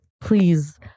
please